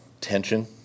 tension